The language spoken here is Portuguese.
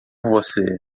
você